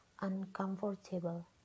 uncomfortable